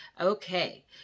Okay